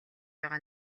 байгаа